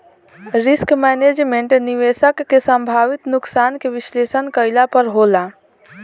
risk management, निवेशक के संभावित नुकसान के विश्लेषण कईला पर होला